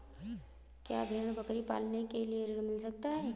क्या भेड़ बकरी पालने के लिए ऋण मिल सकता है?